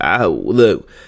Look